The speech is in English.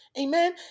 Amen